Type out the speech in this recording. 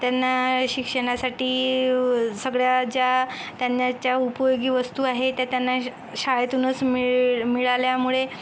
त्यांना शिक्षणासाठी व सगळ्या ज्या त्यांना ज्या उपयोगी वस्तू आहे त्या त्यांना श शाळेतूनच मिळ मिळाल्यामुळे